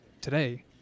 Today